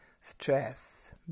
stress